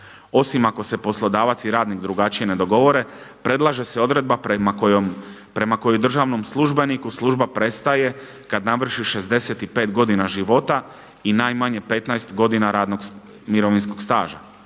osim ako se poslodavac i radnik drugačije dogovore, predlaže se odredba prema kojem državnom službeniku služba prestaje kada navrši 65 godina života i najmanje 15 godina mirovinskog staža,